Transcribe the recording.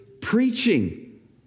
preaching